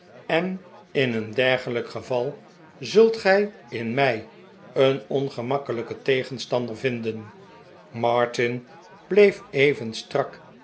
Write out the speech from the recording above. en in een dergelijk geval zult gij in mij een ongemakkelijken tegenstander vinden martin bleef even strak